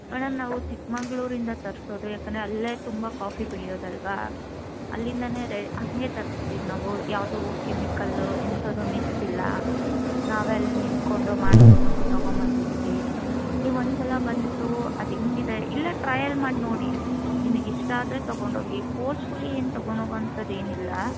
madam ನಾವು ಚಿಕ್ಕ ಮಂಗ್ಳೂರಿಂದ ತರಿಸೋದು ಏಕೆಂದ್ರೆ ಅಲ್ಲೇ ತುಂಬ ಕಾಫಿ ಬೆಳೆಯೋದಲ್ವ ಅಲ್ಲಿಂದಲೇ ರೇ ಹಾಗೆ ತರ್ಸಿದ್ದೀವಿ ನಾವು ಯಾವುದು ಕೆಮಿಕಲು ಎಂಥದ್ದೂ ಮಿಕ್ಸ್ ಇಲ್ಲ ನಾವೇ ಅಲ್ಲೇ ನಿಂತುಕೊಂಡು ಮಾಡಿಸಿಕೊಂಡು ತಗೊಂಡು ಬಂದಿದ್ದೀವಿ ನೀವು ಒಂದ್ಸಲ ಬಂದು ಅದು ಹೇಗಿದೆ ಇಲ್ಲೇ ಟ್ರಯಲ್ ಮಾಡಿ ನೋಡಿ ನಿಮಗೆ ಇಷ್ಟ ಆದರೆ ತಗೊಂಡು ಹೋಗಿ ಫೋರ್ಸ್ಫುಲಿ ಏನು ತಗೊಂಡು ಹೋಗುವಂಥದ್ದು ಏನು ಇಲ್ಲ